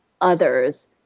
others